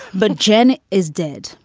but jen is dead.